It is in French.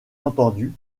entendu